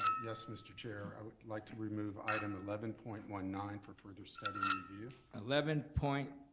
yes mr. chair. i would like to remove item eleven point one nine for further study and review. eleven point